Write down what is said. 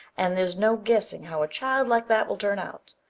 and there's no guessing how a child like that will turn out.